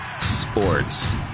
Sports